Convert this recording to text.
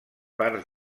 parts